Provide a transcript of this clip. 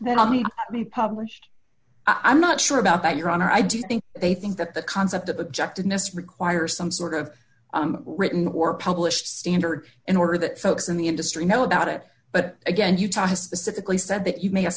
but i mean we published i'm not sure about that your honor i do think they think that the concept of objectiveness requires some sort of written or published standard in order that folks in the industry know about it but again utah has specifically said that you may have